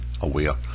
aware